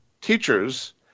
teachers